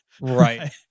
Right